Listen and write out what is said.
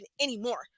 anymore